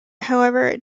however